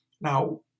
Now